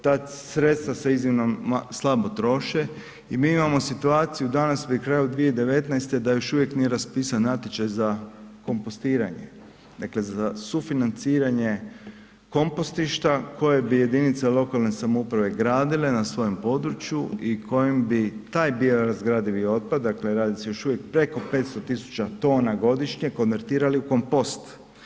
Ta sredstva se iznimno slabo troše i mi imamo situaciju danas pri kraju 2019. da još uvijek nije raspisan natječaj za kompostiranje, dakle za sufinanciranje kompostišta koje bi jedinice lokalne samouprave gradile na svojem području i kojem bi taj biorazgradivi otpad, dakle radi se još uvijek preko 500.000 tona godišnje konvertirali u kompost.